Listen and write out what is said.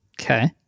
Okay